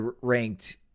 ranked